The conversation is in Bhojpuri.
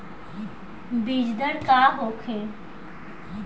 बीजदर का होखे?